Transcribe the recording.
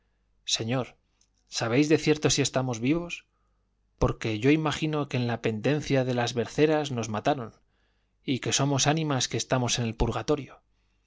señor sabéis de cierto si estamos vivos porque yo imagino que en la pendencia de las berceras nos mataron y que somos ánimas que estamos en el purgatorio